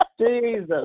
Jesus